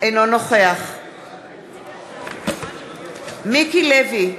אינו נוכח מיקי לוי,